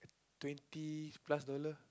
twenty plus dollar